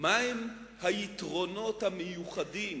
מהם היתרונות המיוחדים